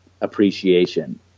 appreciation